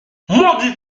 maudite